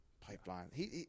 pipeline